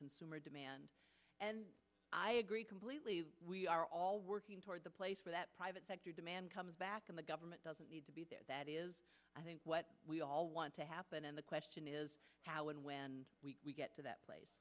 consumer demand and i agree completely we are all working towards a place where that private sector demand comes back and the government doesn't need to be there that is i think what we all want to happen and the question is how and when we get to that place